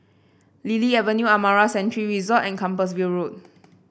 Lily Avenue Amara Sanctuary Resort and Compassvale Road